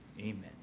Amen